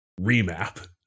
Remap